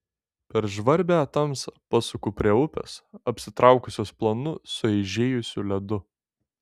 per žvarbią tamsą pasuku prie upės apsitraukusios plonu sueižėjusiu ledu